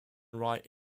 write